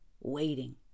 waiting